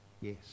yes